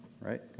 right